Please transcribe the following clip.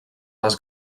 les